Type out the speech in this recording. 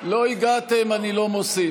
לא הגעתם, אני לא מוסיף.